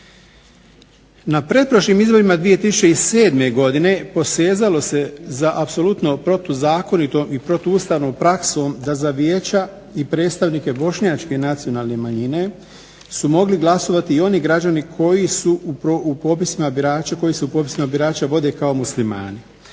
Na pretprošlim izborima 2007. godine posezalo se za apsolutno protuzakonitom i protuustavnom praksom da za vijeća i predstavnike bošnjačke nacionalne manjine su mogli glasovati i oni građani koji su u popisima birača, koji